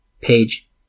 page